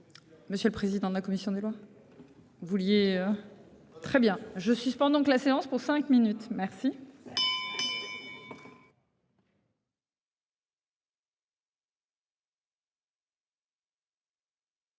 Monsieur le président de la commission des lois. Vous vouliez. Très bien. Je suis cependant que la séance pour cinq minutes. Merci.